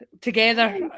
together